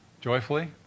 Joyfully